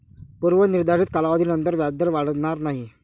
पूर्व निर्धारित कालावधीनंतर व्याजदर वाढणार नाही